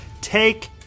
Take